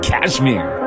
Cashmere